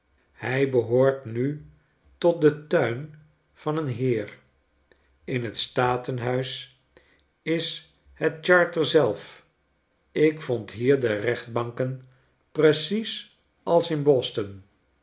hij behoort nu tot den tuin van een heer in t statenhuis is het charter zelf ik vond hier de rechtbanken precies als in boston